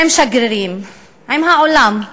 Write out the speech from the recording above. עם שגרירים, עם העולם,